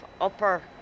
upper